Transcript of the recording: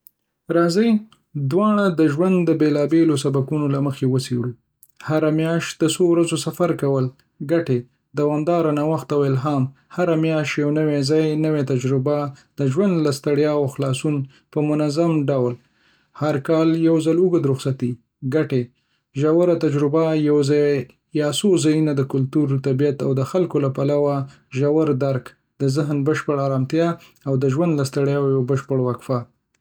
راځئ دواړه د ژوند د بيلابېلو سبکونو له مخې وڅېړو. هره میاشت د څو ورځو سفر کول. ګټې: دوامداره نوښت او الهام: هره میاشت یو نوی ځای، نوې تجربه. د ژوند له ستړیاوو خلاصون په منظم ډول. هر کال یو ځل اوږده رخصتي. ګټې. ژوره تجربه: یو ځای یا څو ځایونه د کلتور، طبیعت، او خلکو له پلوه ژور درک. د ذهن بشپړه آرامتيا او د ژوند له ستړیاوو یو بشپړ وقفه.